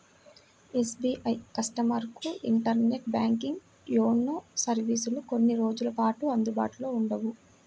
SBI కస్టమర్లకు internet banking, YONO సర్వీసులు కొన్ని రోజుల పాటు అందుబాటులో ఉండవు